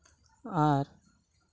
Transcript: ᱟᱨ